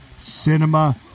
Cinema